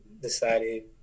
decided